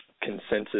consensus